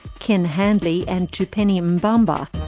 ken handley and tupeni baba.